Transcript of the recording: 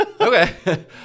okay